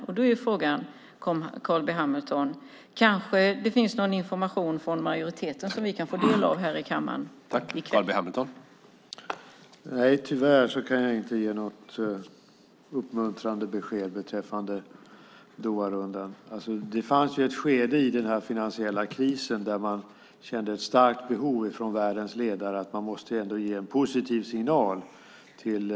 Min fråga till Carl B Hamilton är: Finns det någon information från majoriteten som vi kan få del av här i kammaren i kväll?